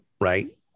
right